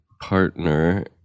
partner